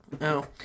No